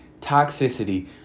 Toxicity